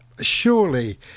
surely